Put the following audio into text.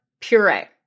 puree